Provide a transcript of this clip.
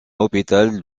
hôpital